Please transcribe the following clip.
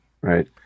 right